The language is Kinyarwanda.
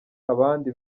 abandi